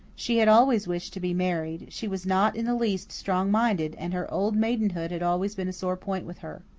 she had always wished to be married she was not in the least strong-minded and her old-maidenhood had always been a sore point with her.